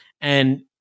And-